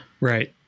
Right